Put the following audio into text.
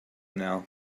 now